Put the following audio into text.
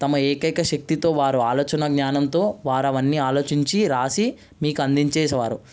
తమ ఏకైక శక్తితో వారు ఆలోచన జ్ఞానంతో వారు అవన్ని ఆలోచించి రాసి మీకు అందించేసేవారు